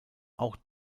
auch